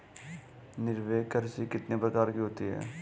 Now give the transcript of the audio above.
निर्वाह कृषि कितने प्रकार की होती हैं?